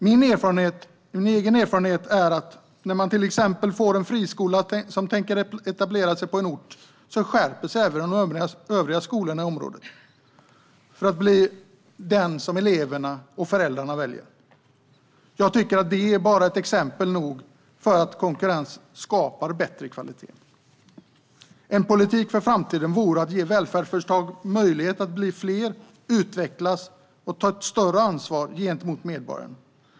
Min egen erfarenhet är att när till exempel en friskola tänker etablera sig på en ort skärper sig även de övriga skolorna i området för att bli den som elever och föräldrar väljer. Jag tycker att detta är exempel nog för att visa att konkurrens skapar bättre kvalitet. En politik för framtiden vore att ge välfärdsföretagen möjlighet att bli fler, utvecklas och ta ett större ansvar gentemot medborgaren.